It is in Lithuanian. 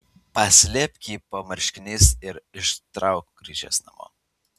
paslėpk jį po marškiniais ir ištrauk grįžęs namo